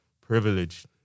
privileged